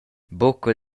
buca